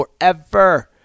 forever